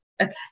okay